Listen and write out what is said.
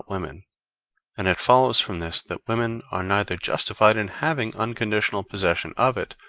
women and it follows from this that women are neither justified in having unconditional possession of it,